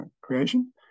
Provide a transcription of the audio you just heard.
creation